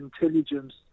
intelligence